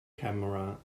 camera